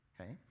okay